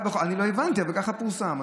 אני לא הבנתי, אבל ככה פורסם.